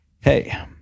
hey